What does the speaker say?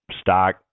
stock